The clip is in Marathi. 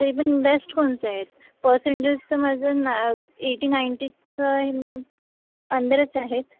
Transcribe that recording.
ते पण बेस्ट कोणते आहेत पसेंटेज तर माझं ना एटी नाईंटीचं मतलब अंदरच आहेत